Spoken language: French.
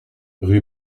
rue